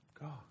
God